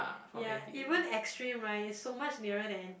ya even extreme right is so much nearer than n_t